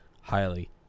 highly